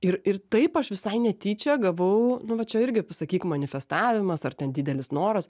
ir ir taip aš visai netyčia gavau nu va čia irgi pasakyk manifestavimas ar ten didelis noras